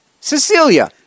Cecilia